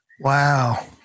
Wow